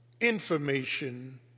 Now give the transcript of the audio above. information